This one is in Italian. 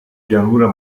pianura